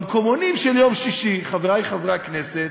במקומונים של יום שישי, חברי חברי הכנסת,